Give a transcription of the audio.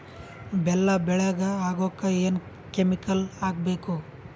ಬೆಲ್ಲ ಬೆಳಗ ಆಗೋಕ ಏನ್ ಕೆಮಿಕಲ್ ಹಾಕ್ಬೇಕು?